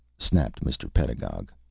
snapped mr. pedagog.